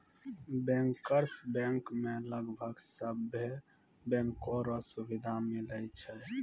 bankers bank मे लगभग सभे बैंको रो सुविधा मिलै छै